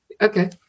Okay